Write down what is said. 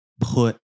put